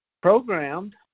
programmed